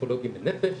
הפסיכולוגים לנפש,